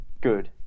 good